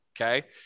Okay